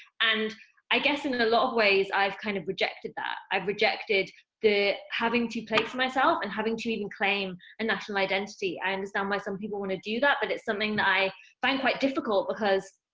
and i guess in and a lot of ways i've kind of rejected that, i've rejected the, having to place myself, and having to even claim a national identity. i understand why some people want to do that, but it's something that i find quite difficult, because,